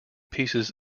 pieces